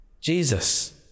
Jesus